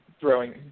throwing